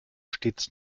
stets